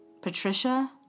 Patricia